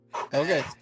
Okay